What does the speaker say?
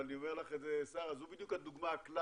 אבל אני אומר לך שזו בדיוק הדוגמה הקלאסית.